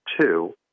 two